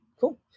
Cool